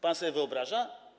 Pan sobie wyobraża?